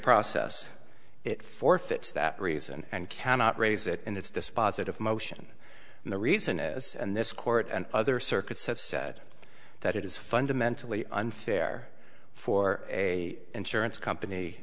process it forfeits that reason and cannot raise it in its dispositive motion and the reason is and this court and other circuits have said that it is fundamentally unfair for a insurance company